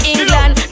England